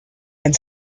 and